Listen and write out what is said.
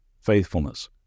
faithfulness